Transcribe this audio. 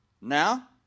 Now